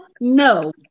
no